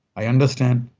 i understand.